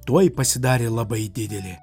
tuoj pasidarė labai didelė